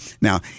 Now